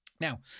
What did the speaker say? Now